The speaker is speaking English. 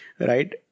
Right